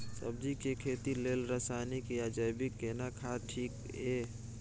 सब्जी के खेती लेल रसायनिक या जैविक केना खाद ठीक ये?